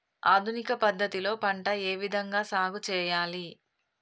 ఆధునిక పద్ధతి లో పంట ఏ విధంగా సాగు చేయాలి?